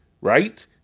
right